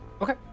Okay